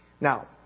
Now